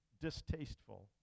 distasteful